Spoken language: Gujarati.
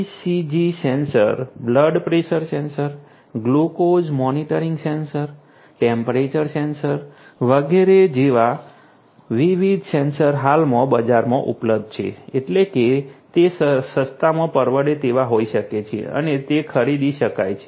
ECG sensor blood pressure sensor glucose monitoring sensor temperature sensor વગેરે જેવા વિવિધ સેન્સર હાલમાં બજારમાં ઉપલબ્ધ છે એટલે કે તે સસ્તામાં પરવડે તેવા હોઈ શકે છે અને તે ખરીદી શકાય છે